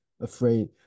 afraid